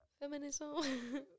feminism